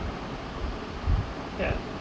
ya